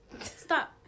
Stop